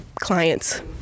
client's